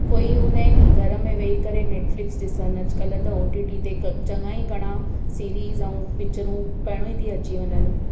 कोई हूंदा आहिनि की घर में वेही करे नेटफ्लिक्स ॾिसनि अॼुकल्ह त ओ टी टी ते त क चङा ई घणा सिरीज ऐं पिक्चरूं पहिरों ई थी अची वञनि